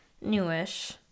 newish